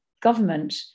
government